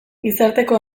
gizarteko